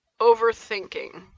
overthinking